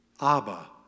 Abba